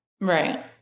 Right